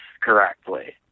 correctly